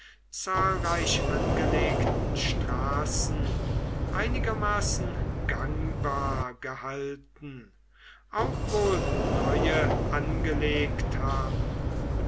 zahlreich angelegten straßen einigermaßen gangbar gehalten auch wohl neue angelegt haben